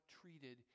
treated